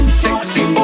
sexy